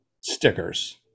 stickers